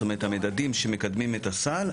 זאת אומרת המדדים שמקדמים את הסל.